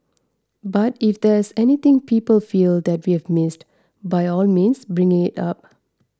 but if there's anything people feel that we've missed by all means bring it up